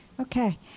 Okay